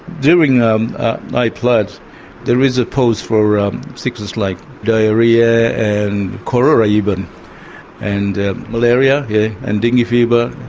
during high floods there is a pose for sickness like diarrhoea and cholera, even, and malaria yeah and dengue fever.